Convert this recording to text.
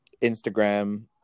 Instagram